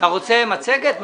אתה רוצה מצגת?